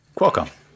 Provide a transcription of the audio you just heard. Qualcomm